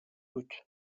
بود